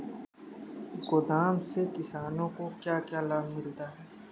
गोदाम से किसानों को क्या क्या लाभ मिलता है?